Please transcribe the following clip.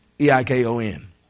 E-I-K-O-N